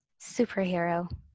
superhero